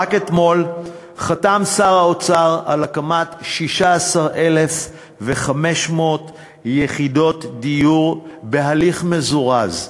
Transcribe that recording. שר האוצר על הקמת 16,500 יחידות דיור בהליך מזורז.